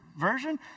version